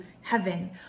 heaven